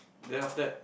then after that